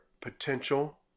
potential